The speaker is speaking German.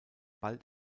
bald